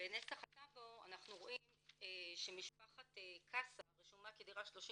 ובנסח טאבו אנחנו רואים שמשפחת קסה הרשומה כדירה 38